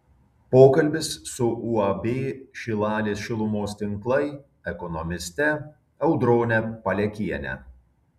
pokalbis su uab šilalės šilumos tinklai ekonomiste audrone palekiene